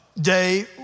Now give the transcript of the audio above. day